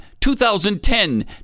2010